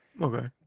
Okay